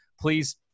please